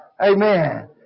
Amen